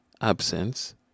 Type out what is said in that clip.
absence